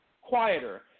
quieter